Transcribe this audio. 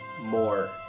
more